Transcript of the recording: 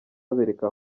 babereka